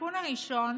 התיקון הראשון